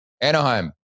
Anaheim